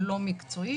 הלא מקצועי,